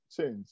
change